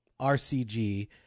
RCG